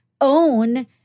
own